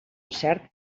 cert